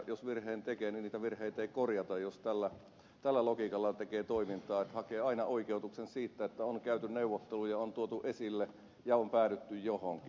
jos virheen tekee niitä virheitä ei korjata jos tällä logiikalla toimitaan että hakee aina oikeutuksen siitä että on käyty neuvotteluja on tuotu esille ja on päädytty johonkin